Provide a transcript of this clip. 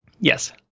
Yes